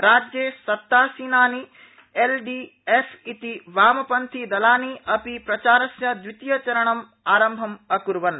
राज्ये सत्तासीनानि एलडीएफ इतिवामपंथीयदलानि अपि प्रचारस्य द्वितीय ं चरणं प्रारम्भम् अक्र्वन्